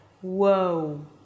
Whoa